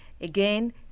Again